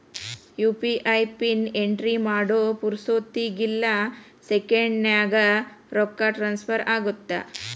UPI PIN entry ಮಾಡೋ ಪುರ್ಸೊತ್ತಿಗಿಲ್ಲ ಸೆಕೆಂಡ್ಸ್ನ್ಯಾಗ ರೊಕ್ಕ ಟ್ರಾನ್ಸ್ಫರ್ ಆಗತ್ತ